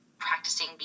practicing